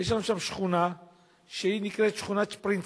ויש לנו שם שכונה שנקראת שכונת-שפרינצק,